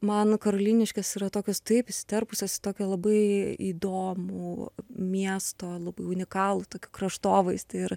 man karoliniškės yra tokios taip įsiterpusios tokią labai įdomų miesto labai unikalų kraštovaizdį ir